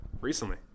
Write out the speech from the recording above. recently